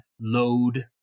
load